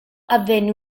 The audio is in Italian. avvenne